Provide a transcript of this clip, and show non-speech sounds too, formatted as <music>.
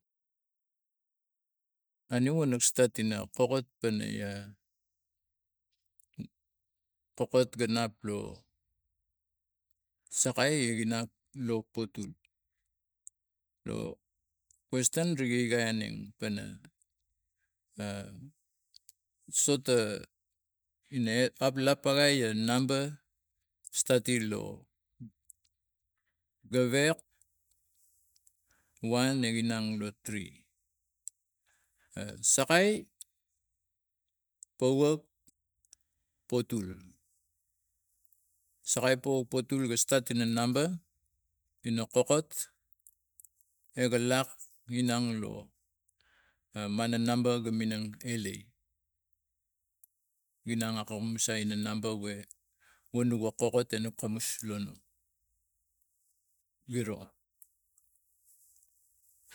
Na new wana stat ina kokot ganap <unintelligible> lo sakai igi nap lo potul lo question gi kalaineng pana <hesitation> sota enap lap pakai a numba statim lo gwek one igi nang lo three sakai powak, potul sakai, powak, potul ga stat ina numba ina kokot ga lak inang lo mana numba ga minang elai inang a komusa ano numba we vono ga kokot ana komus lono kiro.